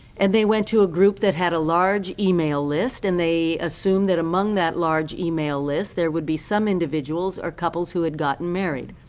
and they went to a group that had a large email list and they assumed that among that large email list, there would be some individuals or couples who had gotten married.